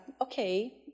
Okay